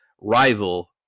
rival